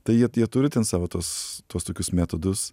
tai jie jie turi ten savo tuos tuos tokius metodus